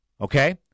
Okay